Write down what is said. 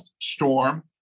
storm